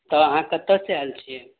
तऽ अहाँ कतऽ से आएल छियै